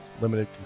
limited